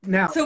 Now